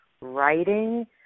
writing